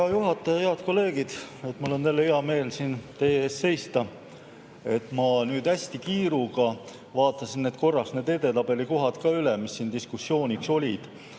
Hea juhataja! Head kolleegid! Mul on jälle hea meel siin teie ees seista. Ma hästi kiiruga vaatasin korraks need edetabelikohad ka üle, mis siin diskussiooniks olid.